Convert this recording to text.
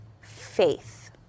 faith